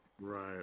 Right